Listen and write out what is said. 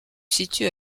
situe